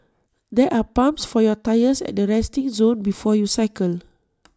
there are pumps for your tyres at the resting zone before you cycle